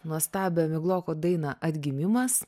nuostabią migloko dainą atgimimas